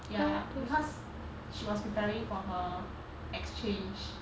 ya because she was preparing for her exchange